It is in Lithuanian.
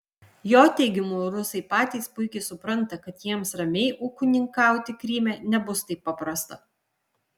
jo teigimu rusai patys puikiai supranta kad jiems ramiai ūkininkauti kryme nebus taip paprasta